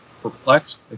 Perplexed